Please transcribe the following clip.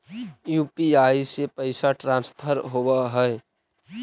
UPI से पैसा transfer होवहै?